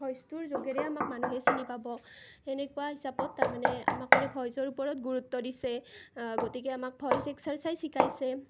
ভইচটোৰ যোগেৰে আমাক মানুহে চিনি পাব সেনেকুৱা হিচাপত তাৰমানে আমাক মানে ভইচৰ ওপৰত গুৰুত্ব দিছে গতিকে আমাক ভইচ এক্সাৰ্চাইজ শিকাইছে